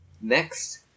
Next